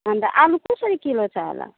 अन्त आलु कसरी किलो छ होला